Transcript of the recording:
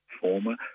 former